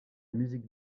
musique